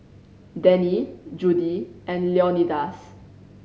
Denny Judi and Leonidas